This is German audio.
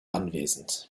anwesend